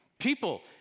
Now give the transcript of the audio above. People